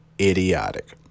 idiotic